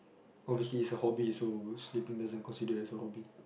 obviously it's a hobby so sleeping doesn't consider as a hobby